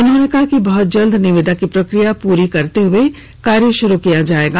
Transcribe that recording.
उन्होंने कहा कि बहत जल्द निविदा की प्रक्रिया पूर्ण करते हुए कार्य शुरू किया जायेगा